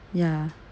ya